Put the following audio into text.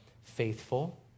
faithful